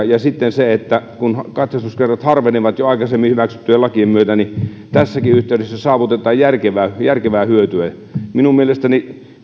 ja kun katsastuskerrat harvenevat jo aikaisemmin hyväksyttyjen lakien myötä niin tässäkin yhteydessä saavutetaan järkevää hyötyä minun mielestäni